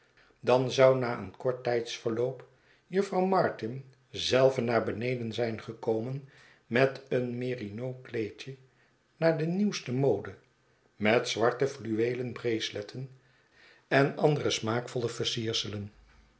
dan zou na een kort tijdsverloop jufvrouw martin zelve naar beneden zijn gekomen met een merinos kleedje naar de nieuwste mode met zwarte fluweelen braceletten en andere smaakvolle versierselen